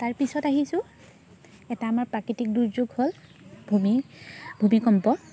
তাৰপিছত আহিছোঁ এটা আমাৰ প্ৰাকৃতিক দুৰ্যোগ হ'ল ভূমি ভূমিকম্প